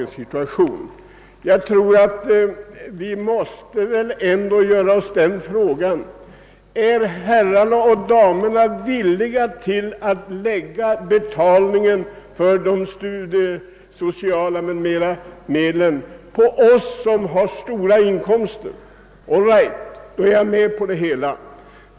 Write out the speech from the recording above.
Jag tror att vi ändå måste göra oss den frågan. Är herrarna och damerna villiga att lägga kostnaderna även för de studiesociala medlen o.s. v. på oss som har stora inkomster — all right, då är jag med på det hela.